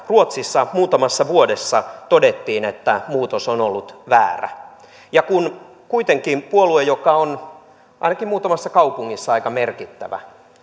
ruotsissa muutamassa vuodessa todettiin että muutos on ollut väärä kun kuitenkin puolue joka on ainakin muutamassa kaupungissa aika merkittävä